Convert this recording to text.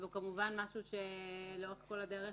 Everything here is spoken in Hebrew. והוא כמובן משהו שלאורך כל הדרך